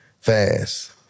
fast